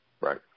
Right